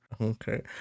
Okay